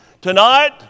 Tonight